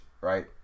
right